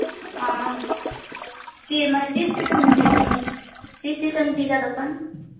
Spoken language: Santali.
ᱚ ᱛᱤᱸᱥ ᱛᱤᱸᱥᱮᱢ ᱡᱷᱤᱡ ᱢᱟᱱᱮ ᱛᱤᱸᱥ ᱛᱤᱸᱥᱮᱢ ᱡᱷᱤᱡᱼᱟ ᱫᱚᱠᱟᱱ